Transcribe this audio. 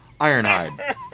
Ironhide